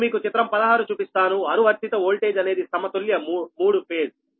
నేను మీకు చిత్రం 16 చూపిస్తాను అనువర్తిత వోల్టేజ్ అనేది సమతుల్య 3 ఫేజ్